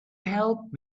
help